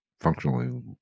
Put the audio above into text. functionally